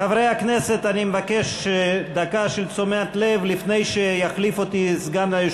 חברי הכנסת, 58 בעד, אין מתנגדים או נמנעים.